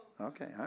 Okay